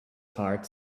heart